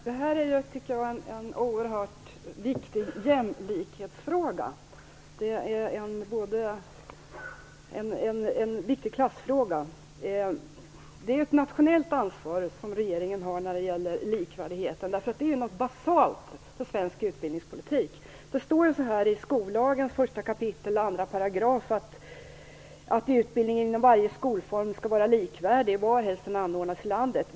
Herr talman! Det här är en oerhört viktig jämlikhetsfråga. Det är också en viktig klassfråga. Det är ett nationellt ansvar som regeringen har när det gäller likvärdighet. Det är något basalt för svensk utbildningspolitik. I 1 kap. 2 § skollagen står det att utbildningen inom varje skolform skall vara likvärdig varhelst den anordnas i landet.